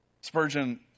Spurgeon